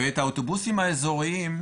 לעניין האוטובוסים האזוריים,